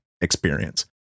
experience